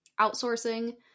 Outsourcing